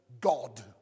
God